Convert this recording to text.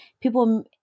people